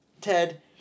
Ted